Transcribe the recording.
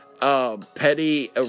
petty